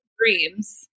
dreams